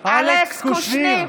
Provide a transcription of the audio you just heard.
קיש,